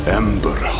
ember